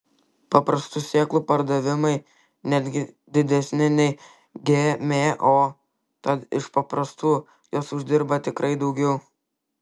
paprastų sėklų pardavimai netgi didesni nei gmo tad iš paprastų jos uždirba tikrai daugiau